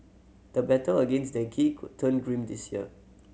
the battle against dengue could turn grim this year